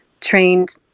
trained